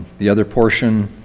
the other portion,